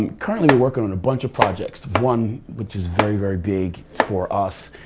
currently we're working on a bunch of projects. one which is very, very big for us,